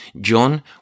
John